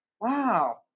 Wow